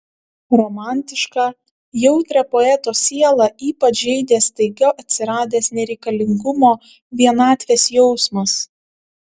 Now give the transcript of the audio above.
romantišką jautrią poeto sielą ypač žeidė staiga atsiradęs nereikalingumo vienatvės jausmas